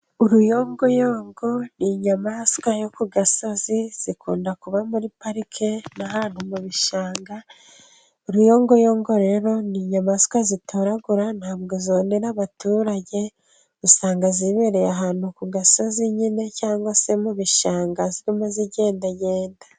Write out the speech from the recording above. Uruyongoyongo ni inyamaswa yo ku gasozi, zikunda kuba muri parike na hantu mu bishanga. Uruyongoyongo rero ni inyamaswa zitoragura ntabwo zonera abaturage, usanga zibereye ahantu ku gasozi nyine cyangwa se mu bishanga zirimo zigendagenda.